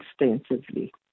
extensively